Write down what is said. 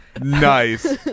nice